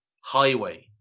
Highway